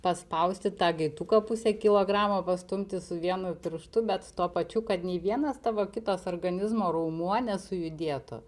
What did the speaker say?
paspausti tą gaiduką pusę kilogramo pastumti su vienu pirštu bet tuo pačiu kad nei vienas tavo kitas organizmo raumuo nesujudėtų